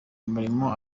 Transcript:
umurimo